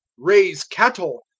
raise cattle.